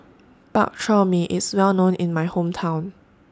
Bak Chor Mee IS Well known in My Hometown